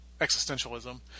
existentialism